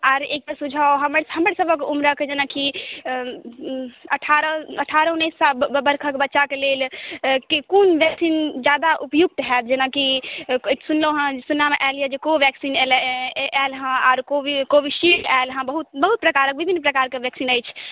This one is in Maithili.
आर एकटा सुझाव हमर हमर सबहक उम्रक जेना की अठारह अठारह उन्नैस बरखक बच्चाके लेल कोन वैक्सीन जादा उपयुक्त होयत जेनाकि सुनलहुँ हँ सुनऽमे आयल यऽ जेनाकि कोवेक्सीन आयल हंँ आरो कोविशिल्ड आयल हँ बहुत प्रकारक विभिन्न प्रकारके वेक्सीन अछि